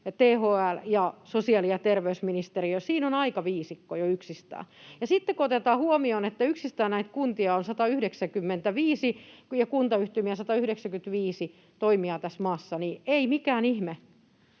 THL ja sosiaali- ja terveysministeriö. Siinä on aika viisikko jo yksistään. Ja sitten kun otetaan huomioon, että yksistään näitä kuntia ja kuntayhtymiä on 195, 195 toimijaa tässä maassa, niin ei ole mikään ihme,